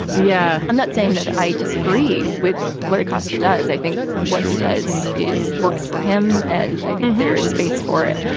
yeah. i'm not saying that i disagree with what acosta does. i think what he does is. works for him. and i think there is space for it.